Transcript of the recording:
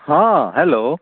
हॅं हेलो